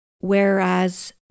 Whereas